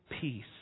peace